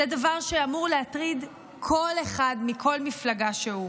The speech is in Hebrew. זה דבר שאמור להטריד כל אחד מכל מפלגה שהיא.